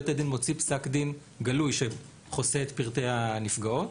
בית הדין מוציא פסק דין גלוי שחוסה את פרטי הנפגעות.